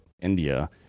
India